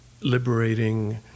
liberating